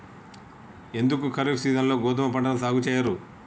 ఎందుకు ఖరీఫ్ సీజన్లో గోధుమ పంటను సాగు చెయ్యరు?